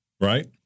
Right